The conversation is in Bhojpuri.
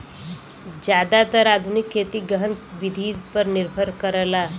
जादातर आधुनिक खेती गहन विधि पर निर्भर करला